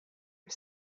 are